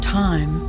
time